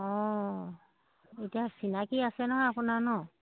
অঁ এতিয়া চিনাকী আছে নহয় আপোনাৰ নহ্